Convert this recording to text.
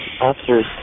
officers